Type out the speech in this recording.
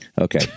Okay